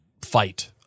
fight